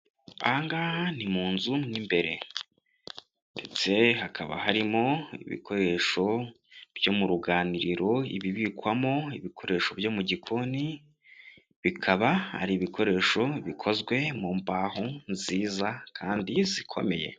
Aha ngaha ni mu nzu mu imbere ndetse hakaba harimo ibikoresho byo mu ruganiriro, ibibikwamo ibikoresho byo mu gikoni bikaba ari ibikoresho bikozwe mu mbaho nziza kandi zikomeye.